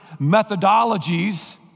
methodologies